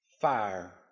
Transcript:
fire